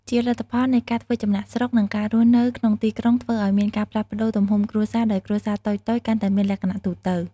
ជាលទ្ធផលនៃការធ្វើចំណាកស្រុក និងការរស់នៅក្នុងទីក្រុងធ្វើឲ្យមានការផ្លាស់ប្តូរទំហំគ្រួសារ ដោយគ្រួសារតូចៗ កាន់តែមានលក្ខណៈទូទៅ។